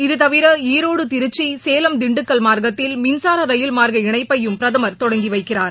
இதுதவிர ஈரோடு திருச்சி சேலம் திண்டுக்கல் மார்க்கத்தில் மின்சார ரயில் மார்க்க இணைப்பையும் பிரதமர் தொடங்கி வைக்கிறார்